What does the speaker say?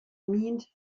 meant